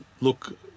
look